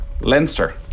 Leinster